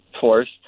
force